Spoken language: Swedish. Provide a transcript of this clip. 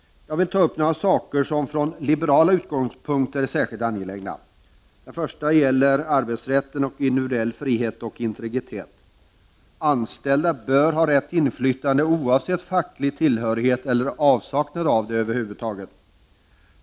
Jag vill ta upp några saker som från liberala utgångspunkter är särskilt angelägna. Den första gäller arbetsrätten samt individuell frihet och integritet. Anställda bör ha rätt till inflytande, oavsett facklig tillhörighet eller avsaknad av sådan över huvud taget.